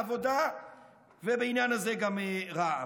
העבודה ובעניין הזה גם רע"מ: